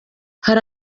hari